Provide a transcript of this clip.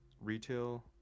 retail